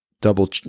double